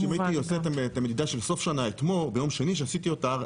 אם הייתי עושה את המדידה של סוף השנה ביום שני כשעשיתי אותה,